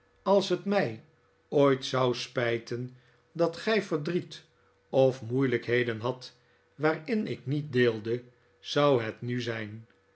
als het mij ooit zou spijten dat gij verdriet of moeilijkheden hadt waarin ik niet deelde zou het nu zijn